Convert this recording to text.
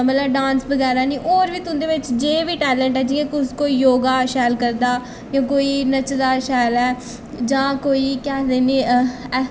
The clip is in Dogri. मतलब डांस बगैरा निं होर बी तुं'दे बिच्च जे बी टैलेंट ऐ जि'यां कुस कोई योगा शैल करदा जां कोई नचदा शैल ऐ जां कोई केह् आखदे नी